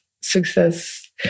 success